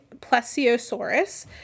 plesiosaurus